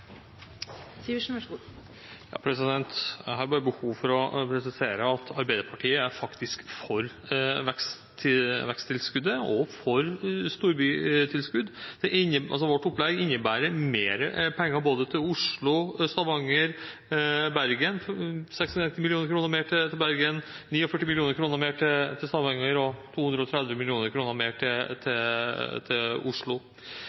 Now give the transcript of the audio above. Sivertsen har hatt ordet to ganger tidligere og får ordet til en kort merknad, begrenset til 1 minutt. Jeg har bare behov for å presisere at Arbeiderpartiet faktisk er for veksttilskuddet og for storbytilskudd. Vårt opplegg innebærer mer penger til både Oslo, Stavanger og Bergen – 96 mill. kr mer til Bergen, 49 mill. kr mer til Stavanger og 230 mill. kr mer til Oslo.